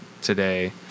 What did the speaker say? today